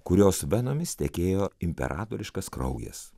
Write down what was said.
kurios venomis tekėjo imperatoriškas kraujas